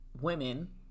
women